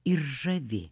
ir žavi